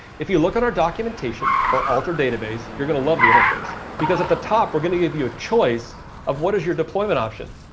if you look on our documentation for alter database, you're going to love the interface because at the top, we're going to give you a choice of what is your deployment option?